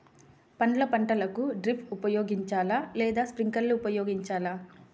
పండ్ల పంటలకు డ్రిప్ ఉపయోగించాలా లేదా స్ప్రింక్లర్ ఉపయోగించాలా?